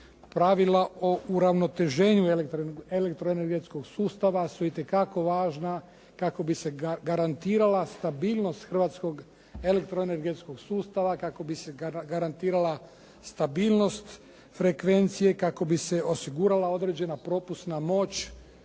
pravila o uravnoteženju elektroenergetskog sustava su itekako važna kako bi se garantirala stabilnost hrvatskog elektro-energetskog sustav, kako bi se garantirala stabilnost frekvencije, kako bi se osigurala određena propusna moć